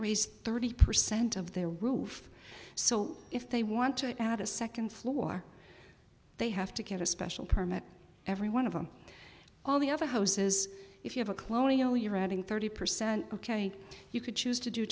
raise thirty percent of their roof so if they want to add a second floor they have to get a special permit every one of them all the other houses if you have a clone you know you're adding thirty percent ok you could choose to do